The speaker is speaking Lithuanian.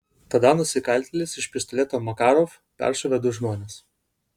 tada nusikaltėlis iš pistoleto makarov peršovė du žmones